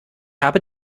habe